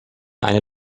eine